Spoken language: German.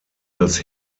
das